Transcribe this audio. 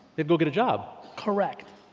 they'd go get a job. correct.